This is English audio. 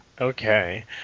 okay